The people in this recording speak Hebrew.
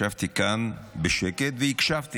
ישבתי כאן בשקט והקשבתי.